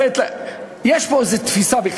יש פה איזו תפיסה,